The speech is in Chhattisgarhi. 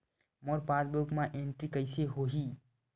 मोर पासबुक मा एंट्री कइसे होही?